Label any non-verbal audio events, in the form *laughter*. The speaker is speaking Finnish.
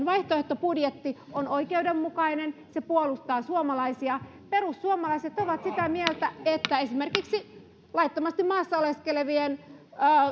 *unintelligible* vaihtoehtobudjetti on oikeudenmukainen se puolustaa suomalaisia perussuomalaiset ovat sitä mieltä että esimerkiksi laittomasti maassa oleskelevien